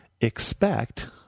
expect